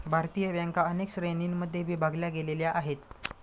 भारतीय बँका अनेक श्रेणींमध्ये विभागल्या गेलेल्या आहेत